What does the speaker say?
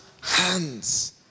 hands